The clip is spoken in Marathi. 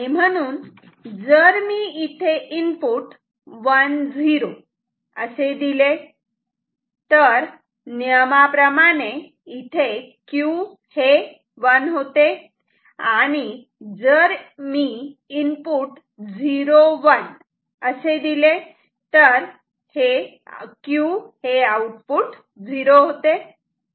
म्हणून जर मी इथे इनपुट 1 0 असे दिले तर नियमाप्रमाणे Q हे 1 होते आणि जर मी इनपुट 0 1 असे दिले तर Q हे 0 होते